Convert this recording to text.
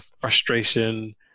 frustration